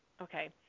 okay